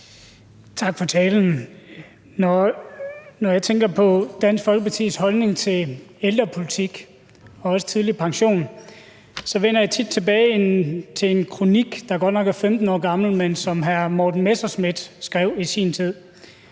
Tak for talen. Når jeg tænker på Dansk Folkepartis holdning til ældrepolitik og også tidlig pension, vender jeg tit tilbage til en kronik, der godt nok er 15 år gammel, men som hr. Morten Messerschmidt skrev i sin tid,